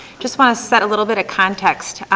just want to set a little bit of context.